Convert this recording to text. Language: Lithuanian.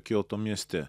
kioto mieste